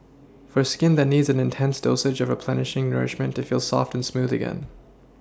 for skin that needs an intense dose of replenishing nourishment to feel soft and smooth again